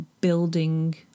building